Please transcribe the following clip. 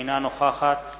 אינה נוכחת